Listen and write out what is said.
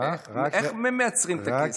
איך מייצרים את הכסף?